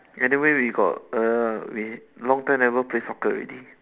anyway we got err we long time never play soccer already